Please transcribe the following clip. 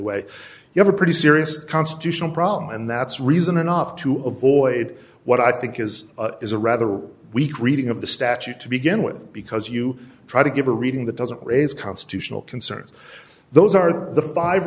anyway you have a pretty serious constitutional problem and that's reason enough to avoid what i think is is a rather weak reading of the statute to begin with because you try to give a reading that doesn't raise constitutional concerns those are the five